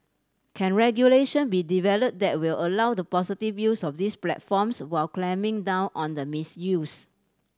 can regulation be developed that will allow the positive use of these platforms while clamping down on the misuse